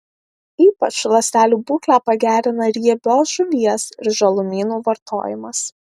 ypač ląstelių būklę pagerina riebios žuvies ir žalumynų vartojimas